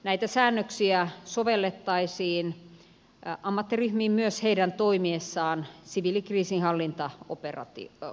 näitä säännöksiä sovellettaisiin ammattiryhmiin myös heidän toimiessaan siviilikriisinhallintaoperaatioissa